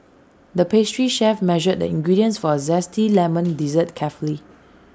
the pastry chef measured the ingredients for A Zesty Lemon dessert carefully